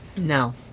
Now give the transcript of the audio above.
No